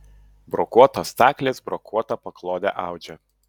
brokuotos staklės brokuotą paklodę audžia